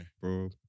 bro